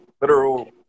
literal